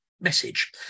message